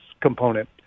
component